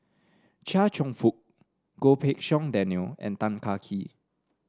Chia Cheong Fook Goh Pei Siong Daniel and Tan Kah Kee